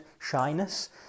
shyness